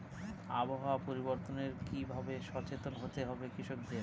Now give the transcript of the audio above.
আবহাওয়া পরিবর্তনের কি ভাবে সচেতন হতে হবে কৃষকদের?